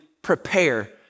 prepare